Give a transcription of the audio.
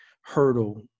hurdle